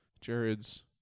Jared's